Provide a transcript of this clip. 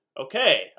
okay